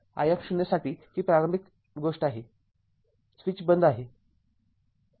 I साठी ही प्रारंभिक गोष्ट आहे स्विच बंद आहे